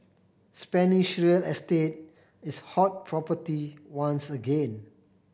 Spanish real estate is hot property once again